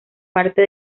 parte